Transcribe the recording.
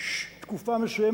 תקופה מסוימת,